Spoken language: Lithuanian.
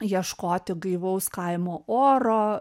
ieškoti gaivaus kaimo oro